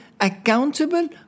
accountable